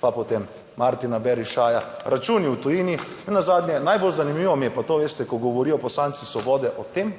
pa potem Martina Berišaja, računi v tujini. Nenazadnje, najbolj zanimivo mi je pa to, veste, ko govorijo poslanci Svobode o tem,